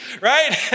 right